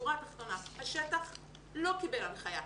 בשורה התחתונה השטח לא קיבל הנחייה,